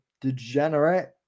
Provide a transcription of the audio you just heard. degenerate